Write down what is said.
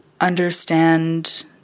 understand